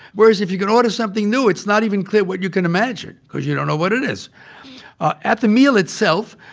whereas if you can order something new, it's not even clear what you can imagine because you don't know what it is at the meal itself,